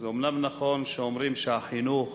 אז אומנם נכון שאומרים שהחינוך